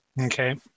Okay